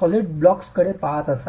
solid ब्लॉक्सकडे पहात असाल